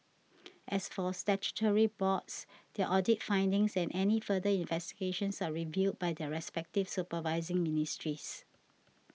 as for statutory boards their audit findings and any further investigations are reviewed by their respective supervising ministries